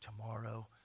tomorrow